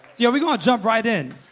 yo, we're going to jump right in.